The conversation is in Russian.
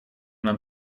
нам